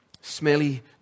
smelly